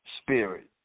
spirit